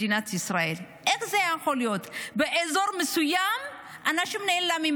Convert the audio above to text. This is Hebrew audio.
אז איך זה יכול להיות שבאזור מסוים אנשים נעלמים,